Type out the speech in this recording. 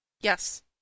Yes